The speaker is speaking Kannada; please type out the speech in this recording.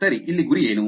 ಸರಿ ಇಲ್ಲಿ ಗುರಿ ಏನು